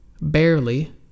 Barely